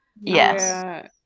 Yes